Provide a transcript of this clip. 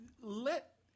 let